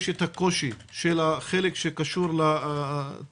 אני מבין שיש את הקושי של החלק שקשור לתקינה,